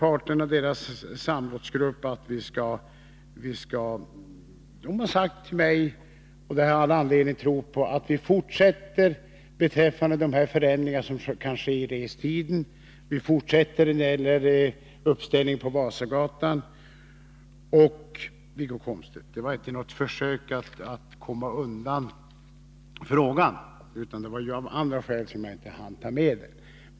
Parterna i samrådsgruppen har sagt till mig — och det har jag all anledning att tro på — att de fortsätter sitt arbete beträffande de förändringar som kan ske när det gäller restiden och uppställningen på Vasagatan. Jag försökte inte komma undan frågan, Wiggo Komstedt, utan det var andra skäl som gjorde att jag inte hann ta med detta.